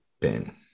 Bin